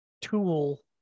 tool